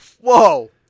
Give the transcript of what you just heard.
Whoa